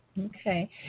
okay